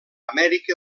amèrica